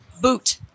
boot